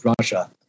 Russia